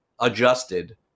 adjusted